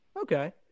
Okay